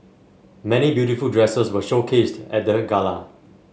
many beautiful dresses were showcased at the gala